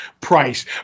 price